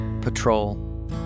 patrol